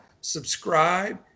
subscribe